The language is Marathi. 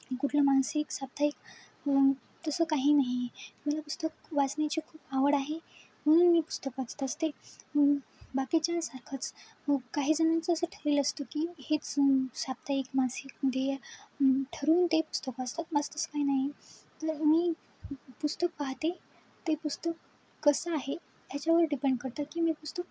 कुठलं मानसिक साप्ताहिक तसं काही नाही मला पुस्तक वाचण्याची खूप आवड आहे म्हणून मी पुस्तक वाचत असते बाकीच्यांसारखंच काहीजणांचं असं ठरलेलं असतं की हेच साप्ताहिक मानसिक ध्येय ठरवून ते पुस्तक वाचतात माझं तसं काही नाही तर मी पुस्तक पाहते ते पुस्तक कसं आहे याच्यावर डिपेंड करतं की मी पुस्तक